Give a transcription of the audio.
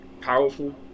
powerful